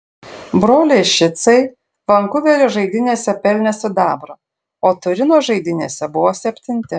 broliai šicai vankuverio žaidynėse pelnė sidabrą o turino žaidynėse buvo septinti